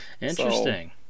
interesting